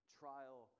trial